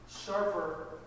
Sharper